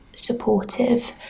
supportive